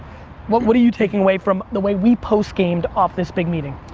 what what are you taking away from the way we postgamed off this big meeting?